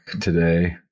today